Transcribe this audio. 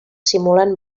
simulen